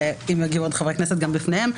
ואם יגיעו עוד חברי הכנסת גם בפניהם,